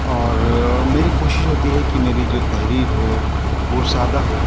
اور میری کوشش ہوتی ہے کہ میری جو تحریر ہو وہ سادہ ہو